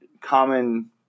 common